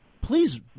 please